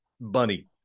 bunny